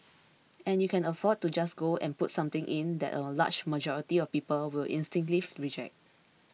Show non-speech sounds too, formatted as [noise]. and you cannot afford to just go and put something in that a large majority of people will instinctively [unintelligible] reject